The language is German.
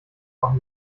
auch